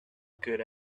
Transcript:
good